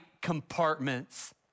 compartments